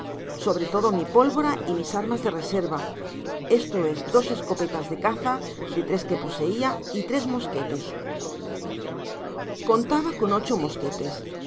sobre todo mi pólvora y mis armas de reserva esto es dos escopetas de caza de tres que poseia y tres mosquetes contaba con ocho mosquetes